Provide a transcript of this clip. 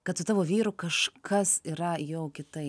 kad su tavo vyru kažkas yra jau kitaip